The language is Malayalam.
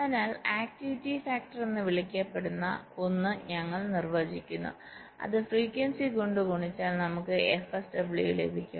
അതിനാൽ ആക്ടിവിറ്റി ഫാക്ടർ എന്ന് വിളിക്കപ്പെടുന്ന ഒന്ന് ഞങ്ങൾ നിർവ്വചിക്കുന്നു അത് ഫ്രീക്വൻസി കൊണ്ട് ഗുണിച്ചാൽ നമുക്ക് fSW ലഭിക്കും